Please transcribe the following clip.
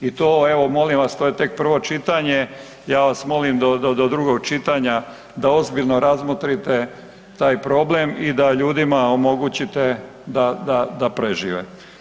I to evo molim vas to je tek prvo čitanje, ja vas molim do drugog čitanja da ozbiljno razmotrite taj problem i da ljudima omogućite da prežive.